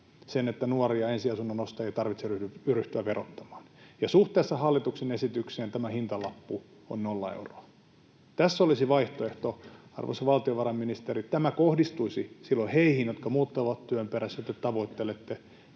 sen, että nuoria ensiasunnonostajia ei tarvitse ryhtyä verottamaan. Suhteessa hallituksen esitykseen tämän hintalappu on nolla euroa. Tässä olisi vaihtoehto, arvoisa valtiovarainministeri. Tämä kohdistuisi silloin heihin, jotka muuttavat työn perässä, jota te tavoittelette.